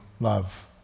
love